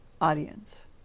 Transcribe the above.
audience